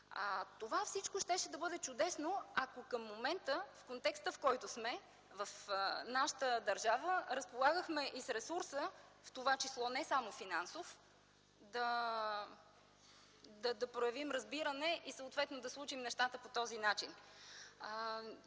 Това всичко щеше да бъде чудесно, ако към момента, в контекста, в който сме, в нашата държава разполагахме и с ресурса, в това число не само финансов, да проявим разбиране и съответно да случим нещата по този начин.